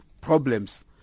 problems